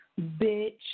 Bitch